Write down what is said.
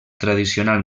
tradicional